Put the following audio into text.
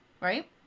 right